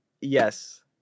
yes